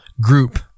group